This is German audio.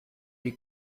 die